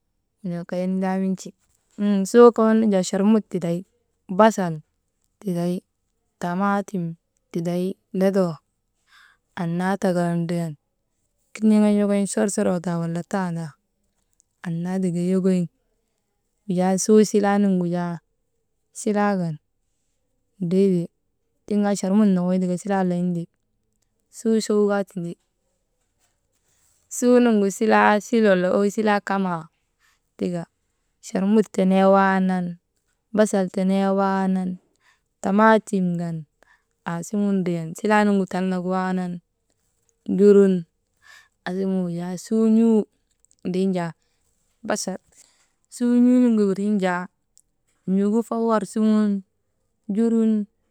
N̰oka kay nindaanu win̰ce, hu suu kawal nu jaa charmut tiday basal tiday, tamaatim tiday, lodoo annaa tika ndriyan kiniŋan yokoyin sorsoroo taa wala tandaa annaa tika yokoyin. Wujaa suu silaa nuŋgu jaa silaa kan, ndriite tiŋkaa sarmut mokoy tika silaa layin te, suu sow kaa tindi, suu nuŋgu silaa sil wala ow silaa kamaa, tika charmut tenee waanan, basal tenee waanan, tamaatim kan aasuŋun ndriyan, silaa nuŋgu talnak waanan njurun aasuŋun wujaa suu n̰uu ndrin jaa, tamaatim kan aasugun ndriyan silaa nuŋgu talnak waanan, njurun aasuŋun wujaa suu n̰uu ndrin jaa «hesitation» suu n̰uu nuŋgu windrin jaa n̰ugu fawar suŋun njurun.